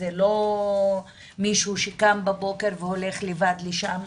זה לא מישהו שקם בבוקר והולך לבד לשם,